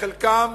וחלקם